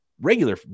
regular